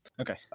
Okay